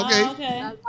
Okay